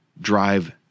drive